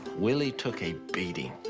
willie took a beating.